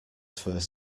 first